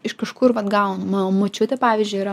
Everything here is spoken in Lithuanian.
iš kažkur vat gaunu mano močiutė pavyzdžiui yra